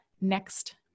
next